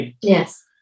Yes